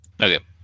Okay